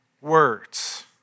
words